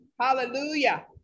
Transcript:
hallelujah